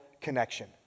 connection